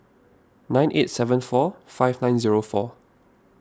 nine eight seven four five nine zero four